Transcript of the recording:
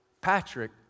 Patrick